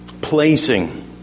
placing